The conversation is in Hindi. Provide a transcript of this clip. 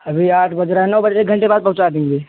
अभी आठ बज रहा है नौ बजे एक घंटे बाद पहुँचा देंगे